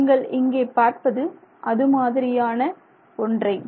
நீங்கள் இங்கே பார்ப்பது அதுமாதிரியான ஒன்றை